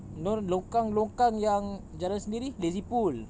no longkang longkang yang jalan sendiri lazy pool